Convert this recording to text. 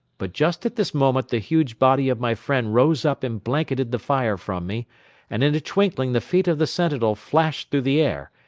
but just at this moment the huge body of my friend rose up and blanketed the fire from me and in a twinkling the feet of the sentinel flashed through the air,